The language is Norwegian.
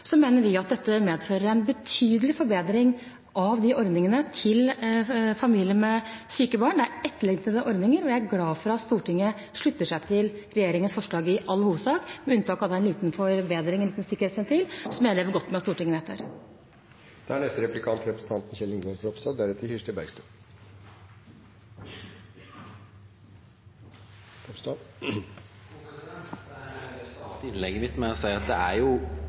mener vi medfører en betydelig forbedring av ordningene for familier med syke barn. Det er etterlengtede ordninger, og jeg er glad for at Stortinget i all hovedsak slutter seg til regjeringens forslag. Med unntak av at det er en liten forbedring, en liten sikkerhetsventil, mener jeg det Stortinget nå vedtar, er godt. Jeg vil starte replikken min med å si at det er jo forbedringer som har kommet. Slik sett er det en gledens dag, fordi det er